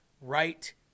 right